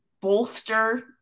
bolster